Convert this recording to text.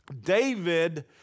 David